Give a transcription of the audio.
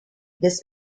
this